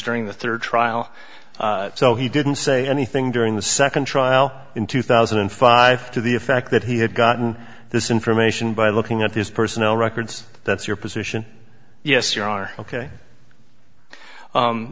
during the third trial so he didn't say anything during the second trial in two thousand and five to the fact that he had gotten this information by looking at these personnel records that's your position yes you